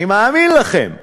אני מאמין לכם.